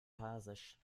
persisch